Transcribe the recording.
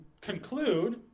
conclude